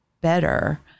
better